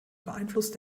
beeinflusst